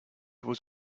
was